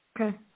okay